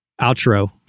outro